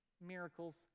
miracles